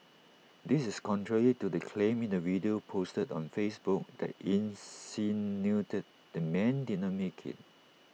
this is contrary to the claim in the video posted on Facebook that insinuated the man did not make IT